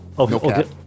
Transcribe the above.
Okay